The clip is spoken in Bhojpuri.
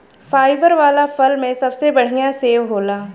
फाइबर वाला फल में सबसे बढ़िया सेव होला